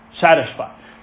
satisfied